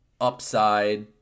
upside